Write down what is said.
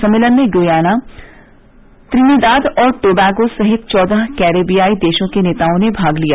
सम्मेलन में Guyana Trinidad और टोबैगो सहित चौदह कैरेवियाई देशों के नेताओं ने भाग लिया